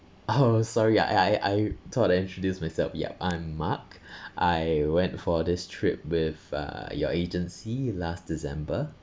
oh sorry I I I thought I introduced myself yup I'm mark I went for this trip with uh your agency last december